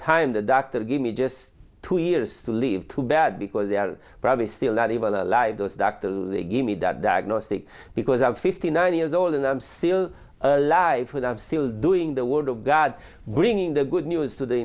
time the doctor gave me just two years to live too bad because they are probably still not even alive those doctors to give me that diagnostic because i'm fifty nine years old and i'm still alive and i've still doing the word of god bringing the good news to the